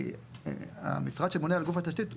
כי המשרד שממונה על גוף התשתית,